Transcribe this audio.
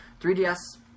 3DS